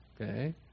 okay